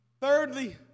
thirdly